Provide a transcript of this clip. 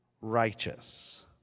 righteous